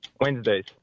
Wednesdays